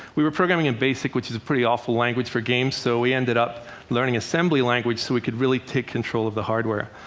we were programming in basic, which is a pretty awful language for games, so we ended up learning assembly language so we could really take control of the hardware.